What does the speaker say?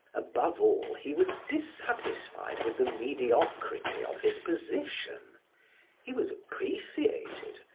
above all he was dissatisfied with the mediocrity of his position he was appreciated,